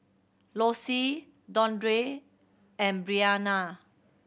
Lossie Dondre and Breanna